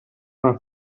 una